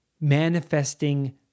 manifesting